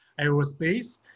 aerospace